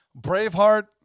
Braveheart